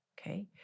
okay